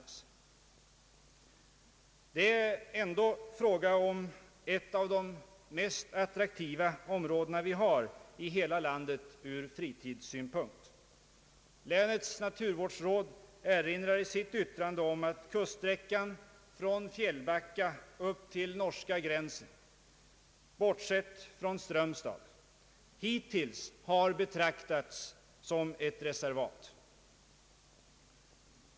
Ur fritidssynpunkt är det ändå fråga om ett av de mest attraktiva områden vi har i hela landet. Länets naturvårdsråd erinrar i sitt yttrande om att kuststräckan från Fjällbacka upp till norska gränsen, bortsett från Strömstad, hittills har betraktats som ett reservat.